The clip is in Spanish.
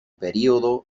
período